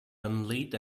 unlit